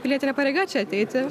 pilietinė pareiga čia ateiti